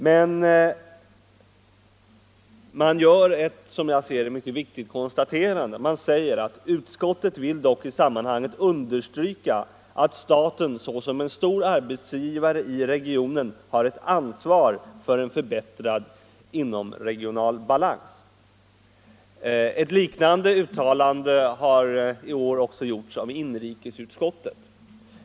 Utskottet gör dock följande, som jag ser det, mycket viktiga konstaterade: ”Utskottet vill dock i sammanhanget understryka att staten såsom en stor arbetsgivare i regionen har ett ansvar för en förbättrad inomregional balans.” Ett liknande uttalande har i år också gjorts av inrikesutskottet.